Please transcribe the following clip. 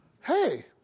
hey